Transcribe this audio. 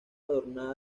adornada